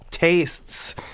Tastes